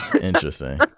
Interesting